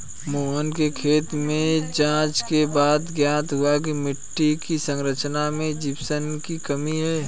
मोहन के खेत में जांच के बाद ज्ञात हुआ की मिट्टी की संरचना में जिप्सम की कमी है